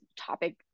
topic